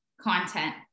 content